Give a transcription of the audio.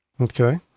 Okay